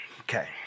okay